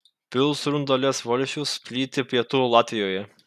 pilsrundalės valsčius plyti pietų latvijoje